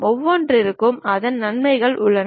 ஒவ்வொன்றுக்கும் அதன் நன்மைகள் உள்ளன